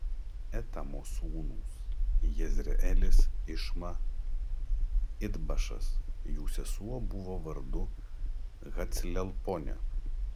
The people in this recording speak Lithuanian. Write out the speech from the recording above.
etamo sūnūs jezreelis išma idbašas jų sesuo buvo vardu haclelponė